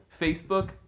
Facebook